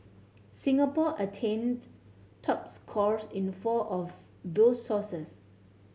Singapore attained top scores in four of those sources